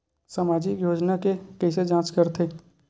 सामाजिक योजना के कइसे जांच करथे?